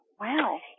Wow